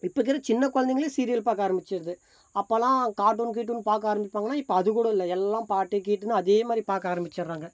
இப்பருக்குற சின்ன குழந்தைகளும் சீரியல் பார்க்க ஆரம்பித்திருது அப்போலான் கார்டூன் கீர்டூன் பார்க்க ஆரம்பிப்பாங்கனா இப்போ அது கூட இல்லை எல்லாம் பாட்டு கீட்டுன்னு அதேமாதிரி பார்க்க ஆரம்பிச்சிடறாங்க